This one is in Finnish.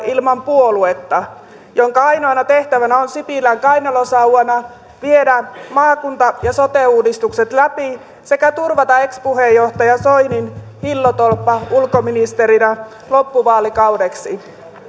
ilman puoluetta oleva hallitusryhmä jonka ainoana tehtävänä on sipilän kainalosauvana viedä maakunta ja sote uudistukset läpi sekä turvata ex puheenjohtaja soinin hillotolppa ulkoministerinä loppuvaalikaudeksi